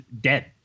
dead